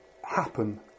happen